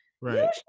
Right